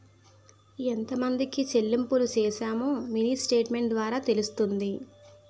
ఎంతమందికి చెల్లింపులు చేశామో మినీ స్టేట్మెంట్ ద్వారా తెలుస్తుంది